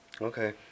Okay